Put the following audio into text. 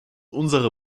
unsere